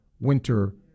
winter